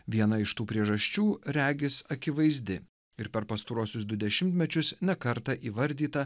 viena iš tų priežasčių regis akivaizdi ir per pastaruosius du dešimtmečius ne kartą įvardyta